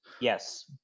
Yes